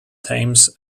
thames